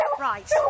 Right